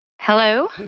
Hello